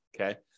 Okay